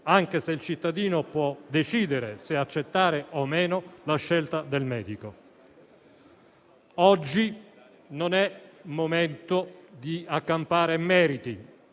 anche se il cittadino può decidere se accettare o meno la scelta del medico. Oggi non è il momento di accampare meriti,